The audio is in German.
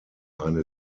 eine